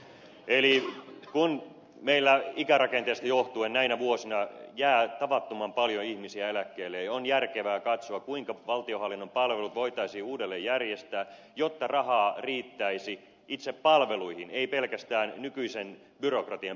eli kun meillä ikärakenteesta johtuen näinä vuosina jää tavattoman paljon ihmisiä eläkkeelle on järkevää katsoa kuinka valtionhallinnon palvelut voitaisiin uudelleen järjestää jotta rahaa riittäisi itse palveluihin ei pelkästään nykyisen byrokratian pyörittämiseen